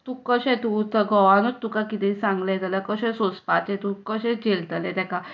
तुका घोवानूच कितें सांगलें जाल्यार कशें सोंसपाचें तूं कशें जेलतलें ताका